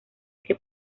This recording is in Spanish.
que